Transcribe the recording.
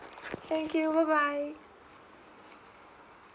thank you bye bye